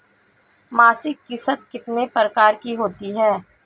मासिक किश्त कितने प्रकार की होती है?